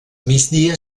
migdia